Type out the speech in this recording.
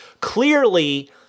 clearly